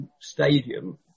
stadium